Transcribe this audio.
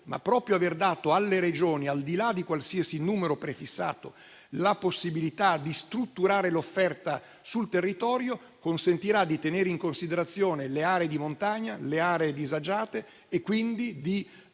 proprio aver dato alle Regioni, al di là di qualsiasi numero prefissato, la possibilità di strutturare l'offerta sul territorio consentirà di tenere in considerazione le aree di montagna e le aree disagiate, e quindi di